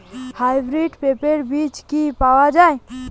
Hybrid পেঁপের বীজ কি পাওয়া যায়?